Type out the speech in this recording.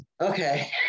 okay